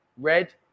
Red